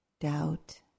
doubt